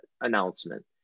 announcement